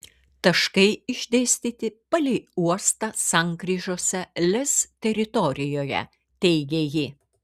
taškai išdėstyti palei uostą sankryžose lez teritorijoje teigė ji